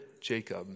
Jacob